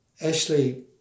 Ashley